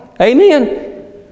Amen